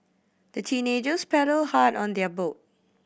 the teenagers paddled hard on their boat